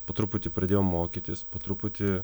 po truputį pradėjom mokytis po truputį